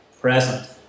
present